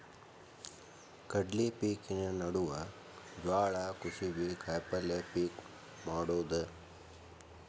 ಕಡ್ಲಿ ಪಿಕಿನ ನಡುವ ಜ್ವಾಳಾ, ಕುಸಿಬಿ, ಕಾಯಪಲ್ಯ ಪಿಕ್ ಮಾಡುದ